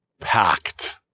packed